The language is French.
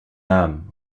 âme